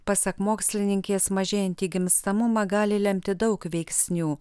pasak mokslininkės mažėjantį gimstamumą gali lemti daug veiksnių